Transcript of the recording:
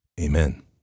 Amen